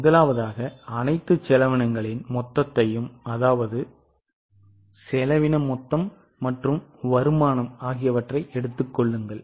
முதலாவதாக அனைத்து செலவினங்களின் மொத்தத்தையும் வருமானத்தையும் எடுத்துக்கொள்ளுங்கள்